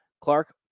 Clark